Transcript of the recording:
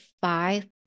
five